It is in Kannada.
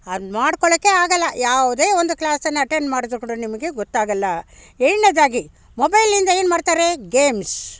ಅಡು ಮಾಡ್ಕೊಳ್ಳೋಕ್ಕೆ ಆಗೋಲ್ಲ ಯಾವುದೇ ಒಂದು ಕ್ಲಾಸನ್ನು ಅಟೆಂಡ್ ಮಾಡಿದ್ರು ಕೂಡ ನಿಮಗೆ ಗೊತ್ತಾಗೋಲ್ಲ ಎರಡ್ನೇದಾಗಿ ಮೊಬೈಲ್ನಿಂದ ಏನು ಮಾಡ್ತಾರೆ ಗೇಮ್ಸ್